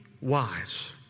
wise